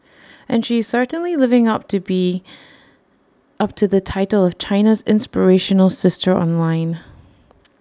and she is certainly living up to be of to the title of China's inspirational sister online